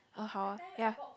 uh how ah ya